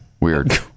Weird